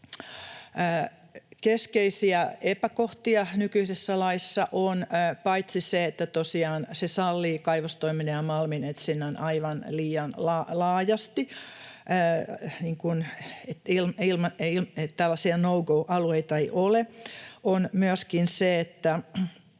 Keskeisiä epäkohtia nykyisessä laissa on paitsi se, että tosiaan se sallii kaivostoiminnan ja malminetsinnän aivan liian laajasti eli tällaisia no-go-alueita ei ole, myöskin se, että